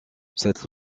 cette